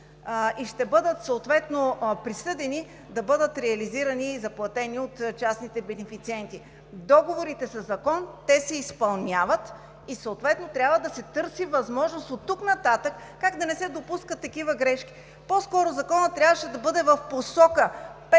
и съответно присъдени да бъдат реализирани и заплатени от частните бенефициенти. Договорите със Закон се изпълняват и трябва да се търси възможност оттук нататък как да не се допускат такива грешки. По-скоро Законът трябваше да бъде в посока: